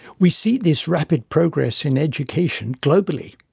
we see this rapid progress in education globally.